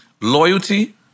Loyalty